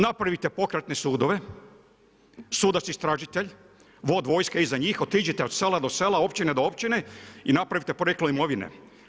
Napravite pokretne sudove, sudac istražitelj, vod vojske iza njih, otiđite od sela do sela, općine do općine i napravite porijeklo imovine.